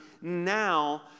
now